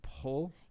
pull